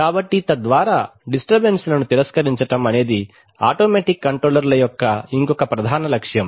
కాబట్టి తద్వారా డిస్టర్బెన్స్ లను తిరస్కరించడం అనేది ఆటోమేటిక్ కంట్రోలర్ ల యొక్క ఇంకొక ప్రధాన లక్ష్యం